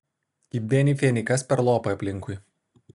kibeni feni kas per lopai aplinkui